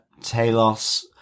Talos